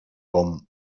com